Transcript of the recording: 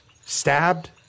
stabbed